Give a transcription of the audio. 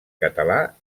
català